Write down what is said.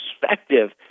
perspective